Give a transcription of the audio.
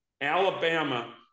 Alabama